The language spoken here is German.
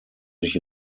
sich